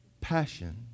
Passion